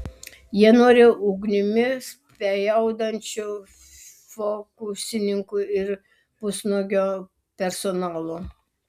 jie nori ugnimi spjaudančių fokusininkų ir pusnuogio personalo